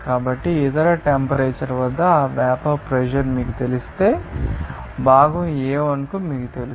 కాబట్టి ఇతర టెంపరేచర్ వద్ద ఆ వేపర్ ప్రెషర్ మీకు తెలిస్తే భాగం A1 మీకు తెలుసు